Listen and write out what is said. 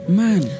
man